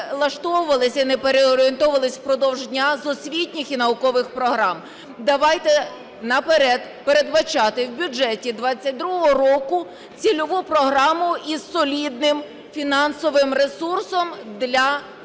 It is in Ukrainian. не перелаштовувалися і не переорієнтовувалися впродовж дня з освітніх і наукових програм. Давайте наперед передбачати в бюджеті 22-го року цільову програму із солідним фінансовим ресурсом для